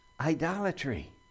Idolatry